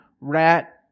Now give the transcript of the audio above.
Rat